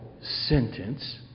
sentence